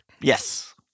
Yes